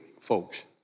folks